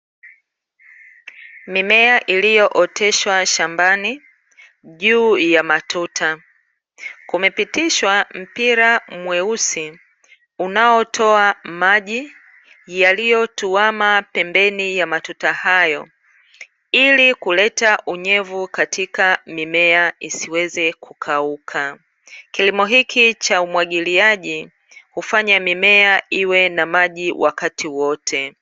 Mimea iliyooteshwa shambani, juu ya matuta kumepitishwa mpira mweusi unaotoa maji yaliyotuama pembeni ya matuta hayo, ili kuleta unyevu katika mimea isiweze kukauka. Kilimo hiki cha umwagiliaji hufanya mimea iwe na maji wakati wote.